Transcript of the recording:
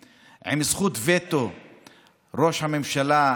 אמר גם ראש הממשלה,